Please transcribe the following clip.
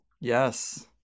Yes